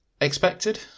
Expected